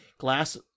glass